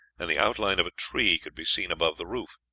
and the outline of a tree could be seen above the roof.